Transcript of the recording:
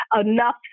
enough